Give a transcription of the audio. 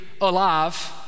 alive